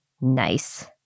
Nice